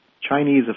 Chinese